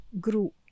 grew